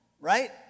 right